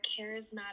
charismatic